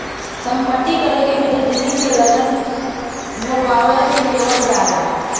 संपत्ति कर के भीतर जमीन के लागान भारवा लेवल जाला